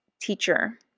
teacher